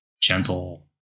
Gentle